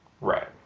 Right